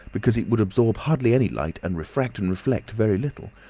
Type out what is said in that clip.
because it would absorb hardly any light and refract and reflect very little.